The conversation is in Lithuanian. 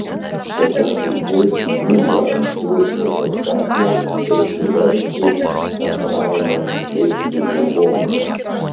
bet aš uždėsiu jungą ant jos gražaus kaklo ir priversiu efraimą plėšti dirvoną